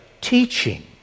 teaching